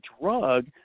drug